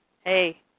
hey